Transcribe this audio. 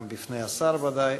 גם בפני השר ודאי,